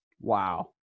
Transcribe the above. Wow